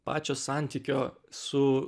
pačio santykio su